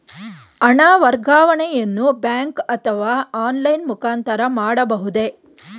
ಹಣ ವರ್ಗಾವಣೆಯನ್ನು ಬ್ಯಾಂಕ್ ಅಥವಾ ಆನ್ಲೈನ್ ಮುಖಾಂತರ ಮಾಡಬಹುದೇ?